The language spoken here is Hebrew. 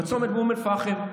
בצומת אום אל-פחם.